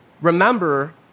Remember